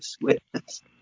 Witness